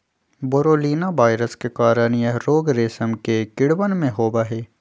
बोरोलीना virus के कारण यह रोग रेशम के कीड़वन में होबा हई